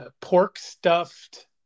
pork-stuffed